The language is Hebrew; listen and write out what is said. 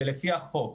זה לפי החוק.